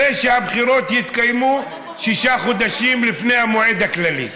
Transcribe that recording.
ושהבחירות יתקיימו שישה חודשים לפני המועד הכללי.